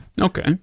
Okay